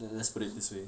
ya let's put it this way